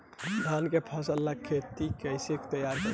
धान के फ़सल ला खेती कइसे तैयार करी?